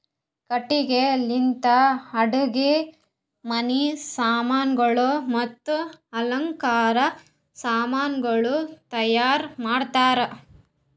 ಕಟ್ಟಿಗಿ ಲಿಂತ್ ಅಡುಗಿ ಮನಿ ಸಾಮಾನಗೊಳ್ ಮತ್ತ ಅಲಂಕಾರದ್ ಸಾಮಾನಗೊಳನು ತೈಯಾರ್ ಮಾಡ್ತಾರ್